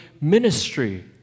ministry